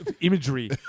imagery